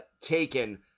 taken